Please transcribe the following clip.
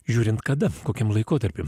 žiūrint kada kokiam laikotarpy